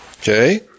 Okay